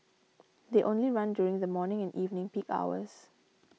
they only run during the morning and evening peak hours